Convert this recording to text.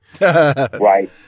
Right